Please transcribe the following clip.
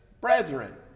brethren